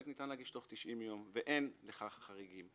ניתן להגיש תוך 90 יום, ואין לכך חריגים.